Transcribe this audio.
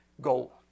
go